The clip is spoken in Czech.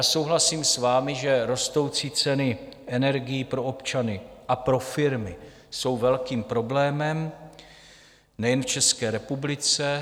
Souhlasím s vámi, že rostoucí ceny energií pro občany a pro firmy jsou velkým problémem nejen v České republice.